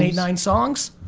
nine songs?